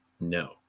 No